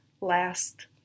last